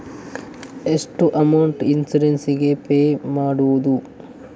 ಎಷ್ಟು amount insurance ಗೇ pay ಮಾಡುವುದು?